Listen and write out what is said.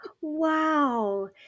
Wow